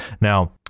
Now